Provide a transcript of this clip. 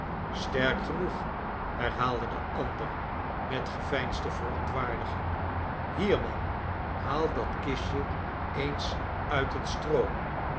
sterk genoeg herhaalde de ander metgeveinsde verontwaardiging hier man haal dat kistje eens uit het stroo